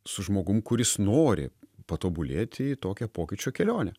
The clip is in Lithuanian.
su žmogum kuris nori patobulėti į tokią pokyčio kelionę